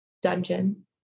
dungeon